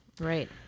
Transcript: Right